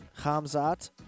Hamzat